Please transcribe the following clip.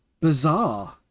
bizarre